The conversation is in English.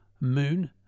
Moon